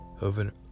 over